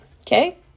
Okay